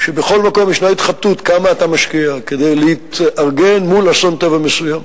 בכל מקום ישנה התחבטות כמה אתה משקיע כדי להתארגן מול אסון טבע מסוים.